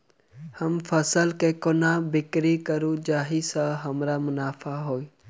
हम फसल केँ कोना बिक्री करू जाहि सँ हमरा मुनाफा होइ?